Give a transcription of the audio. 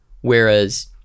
whereas